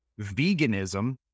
veganism